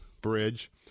bridge